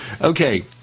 Okay